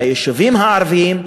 ביישובים הערביים,